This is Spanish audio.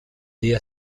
día